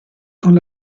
con